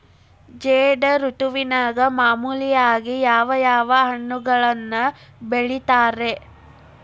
ಝೈದ್ ಋತುವಿನಾಗ ಮಾಮೂಲಾಗಿ ಯಾವ್ಯಾವ ಹಣ್ಣುಗಳನ್ನ ಬೆಳಿತಾರ ರೇ?